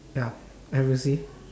ya have you see